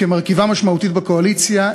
כמרכיבה משמעותית בקואליציה,